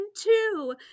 two